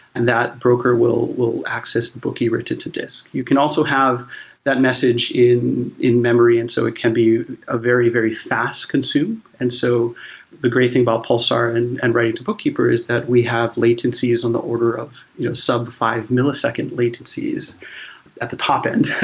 and that broker will will access the bookie written to disk you can also have that message in in-memory, and so it can be a ah very, very fast consume. and so the great thing about pulsar and and writing to bookkeeper is that we have latencies on the order of you know some five millisecond latencies at the top end.